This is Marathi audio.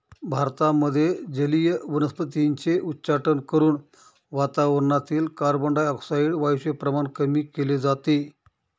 भारतामध्ये जलीय वनस्पतींचे उच्चाटन करून वातावरणातील कार्बनडाय ऑक्साईड वायूचे प्रमाण कमी केले जाते